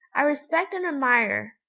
i respect and admire,